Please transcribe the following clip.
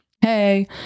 hey